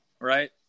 right